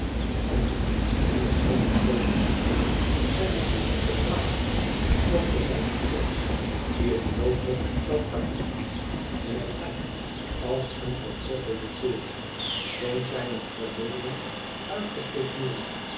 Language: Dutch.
en in de momenteele marteling zijner physieke smart stortte zijn trots die het noodlot zoû tarten in elkaâr als een verbrokkelde toren zonk zijne verbeelding uitgeput neêr